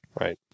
right